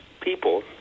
people